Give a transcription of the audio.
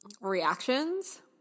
reactions